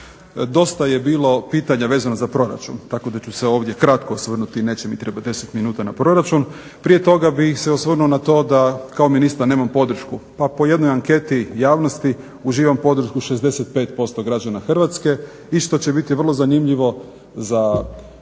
Dosta je bilo pitanja vezano za proračun tako da ću se ovdje kratko osvrnuti i neće mi trebati 10 minuta na proračun. Prije toga bih se osvrnuo na to kao ministar nemam podršku. Pa po jednoj anketi javnosti uživam podršku 65% građana Hrvatske i što će biti vrlo zanimljivo za kolege